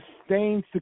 sustained